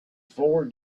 four